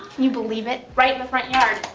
you believe it? right in the front yard.